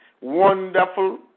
wonderful